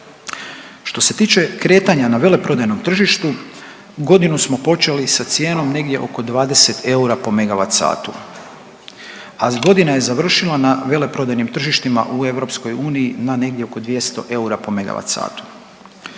Što se tiče kretanja na veleprodajnom tržištu godinu smo počeli sa cijenom negdje oko 20 eura po megavat satu, a godina je završila na veleprodajnim tržištima u EU na negdje oko 200 eura po megavat satu.